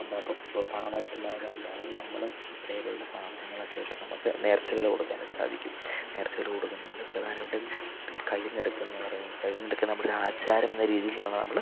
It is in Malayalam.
ഉണ്ട് അപ്പം പണമായിട്ടെന്ന് അല്ലാതെ നമ്മളെ കയ്യിലുള്ള സാധനങ്ങളൊക്കെയായിട്ട് നമുക്ക് നേർച്ചകൾ കൊടുക്കാനായിട്ട് സാധിക്കും നേർച്ചകൾ കൊടുക്കുന്നുണ്ട് പ്രധാനമായിട്ടും പിന്നെ കഴിന്നെടുക്കുന്ന് പറയുന്നത് കഴിന്നെടുക്കുന്ന നമ്മുടെ ആരാചാരം എന്ന രീതിയിലാണ് നമ്മൾ